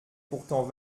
pourtant